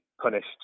punished